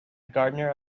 gardener